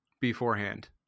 beforehand